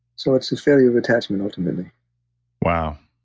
so it's a failure of attachment, ultimately wow.